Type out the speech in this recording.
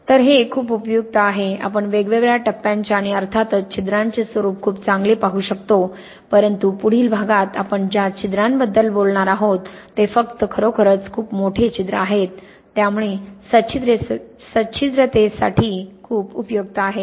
तर हे खूप उपयुक्त आहे आपण वेगवेगळ्या टप्प्यांचे आणि अर्थातच छिद्रांचे स्वरूप खूप चांगले पाहू शकतो परंतु पुढील भागात आपण ज्या छिद्रांबद्दल बोलणार आहोत ते फक्त खरोखरच खूप मोठे छिद्र आहेत त्यामुळे सच्छिद्रतेसाठी खूप उपयुक्त आहे